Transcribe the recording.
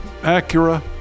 Acura